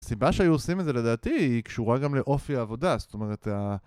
הסיבה שהיו עושים את זה לדעתי היא קשורה גם לאופי העבודה, זאת אומרת...